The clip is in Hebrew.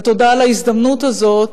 ותודה על ההזדמנות הזאת,